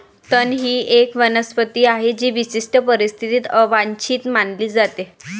तण ही एक वनस्पती आहे जी विशिष्ट परिस्थितीत अवांछित मानली जाते